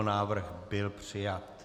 Návrh byl přijat.